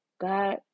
god